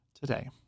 today